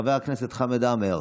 חבר הכנסת חמד עמאר,